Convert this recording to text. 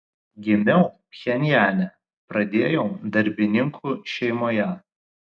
gimiau pchenjane pradėjau darbininkų šeimoje